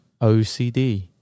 OCD